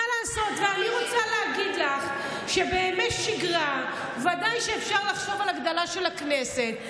אני רוצה להגיד לך שבימי שגרה ודאי אפשר לחשוב על הגדלה של הכנסת,